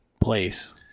place